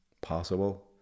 possible